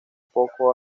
poco